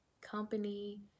company